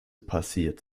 passiert